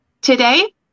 Today